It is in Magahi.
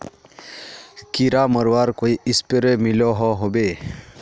कीड़ा मरवार कोई स्प्रे मिलोहो होबे?